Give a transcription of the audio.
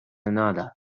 another